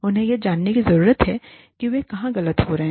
उन्हें यह जानने की जरूरत है कि वे कहाँ गलत हो रहे हैं